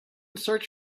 search